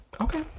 Okay